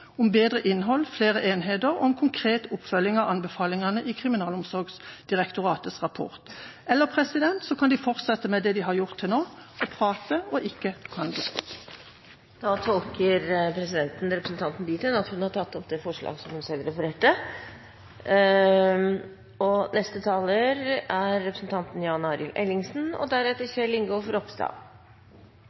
om bedre innhold, flere enheter og en konkret oppfølging av anbefalingene i Kriminalomsorgsdirektoratets rapport, eller de kan fortsette med det de har gjort til nå – prate og ikke handle. Representanten Kari Henriksen har tatt opp de forslagene hun refererte til. Det fine med å beskrive historien er at man kan gjøre det helt subjektivt. Det er